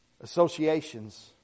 associations